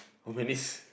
how many s~